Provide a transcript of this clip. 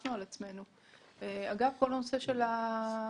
לקחנו על עצמנו, הגם כל הנושא של החתמים.